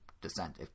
descent